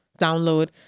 download